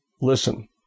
Listen